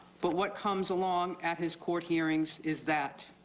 but what comes along at his court hearings is that.